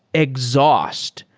exhaus t.